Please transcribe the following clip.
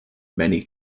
many